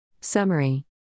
Summary